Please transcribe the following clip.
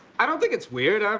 i don't think it's weird. um